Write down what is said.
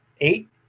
Eight